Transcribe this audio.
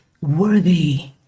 worthy